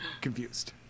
confused